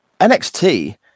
NXT